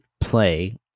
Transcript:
play